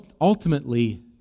ultimately